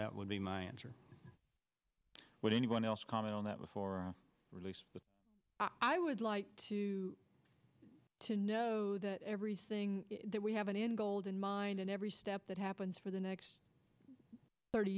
that would be my answer what anyone else comment on that was for release but i would like to to know that everything that we have been in gold in mind and every step that happens for the next thirty